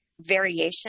variation